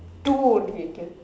too motivated